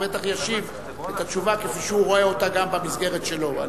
הוא בוודאי ישיב את התשובה כפי שהוא רואה אותה גם במסגרת שלו.